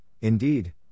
Indeed